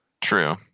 True